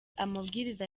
amabwiriza